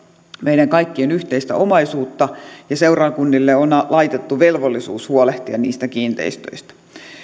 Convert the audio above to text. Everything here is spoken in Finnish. meidän kaikkien yhteistä omaisuutta ja seurakunnille on laitettu velvollisuus huolehtia niistä kiinteistöistä